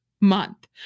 month